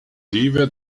rive